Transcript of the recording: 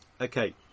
Okay